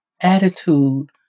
attitude